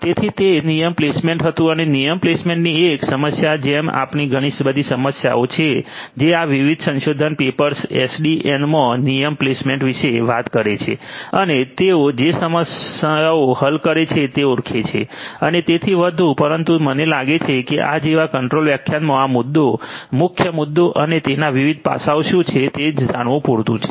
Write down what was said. તેથી તે નિયમ પ્લેસમેન્ટ હતું અને નિયમ પ્લેસમેન્ટની એક સમસ્યા જેમ આવી ઘણી બધી સમસ્યાઓ છે જે આ વિવિધ સંશોધન પેપર્સ એસડીએનમાં નિયમ પ્લેસમેન્ટ વિશે વાત કરે છે અને તેઓ જે સમસ્યાઓ હલ કરે છે તે ઓળખે છે અને તેથી વધુ પરંતુ મને લાગે છે કે આ જેવા ટૂંકા વ્યાખ્યાનમાં આ મુદ્દો મુખ્ય મુદ્દો અને તેના વિવિધ પાસાઓ શું છે તે જ જાણવું પૂરતું છે